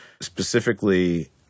specifically